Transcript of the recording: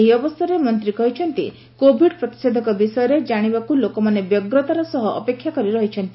ଏହି ଅବସରରେ ମନ୍ତ୍ରୀ କହିଛନ୍ତି କୋବିଡ୍ ପ୍ରତିଷେଧକ ବିଷୟରେ ଜାଣିବାକୁ ଲୋକମାନେ ବ୍ୟଗ୍ରତାର ସହ ଅପେକ୍ଷା କରି ରହିଛନ୍ତି